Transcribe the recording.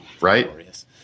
Right